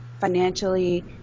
financially